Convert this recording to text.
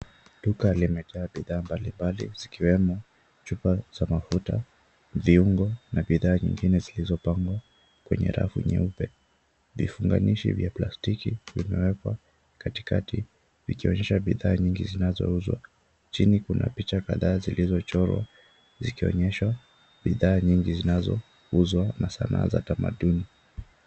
Duka limejaa bidhaa mbalimbali zikiwemo chupa za mafuta, viungo na bidhaa nyingine zilizopangwa kwenye rafu nyeupe. Vifunganishi vya plastiki vimewekwa katikati vikionyesha bidhaa nyingi zinazouzwa. Chini kuna picha kadhaa zilizochorwa zikionyesha bidhaa nyingi zinazouzwa na sanaa za tamaduni.